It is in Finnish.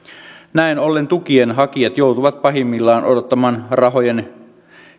näin ollen tukien hakijat joutuvat pahimmillaan odottamaan rahojen